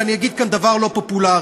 ואני אגיד כאן דבר לא פופולרי: